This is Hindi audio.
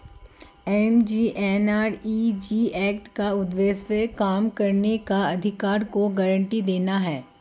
एम.जी.एन.आर.इ.जी एक्ट का उद्देश्य काम करने के अधिकार की गारंटी देना है